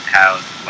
house